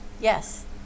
Yes